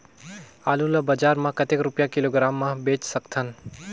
आलू ला बजार मां कतेक रुपिया किलोग्राम म बेच सकथन?